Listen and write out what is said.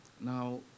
Now